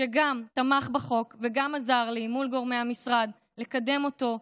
שגם תמך בחוק וגם עזר לי מול גורמי המשרד לקדם אותו,